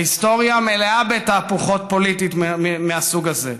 ההיסטוריה מלאה בתהפוכות פוליטיות מהסוג הזה,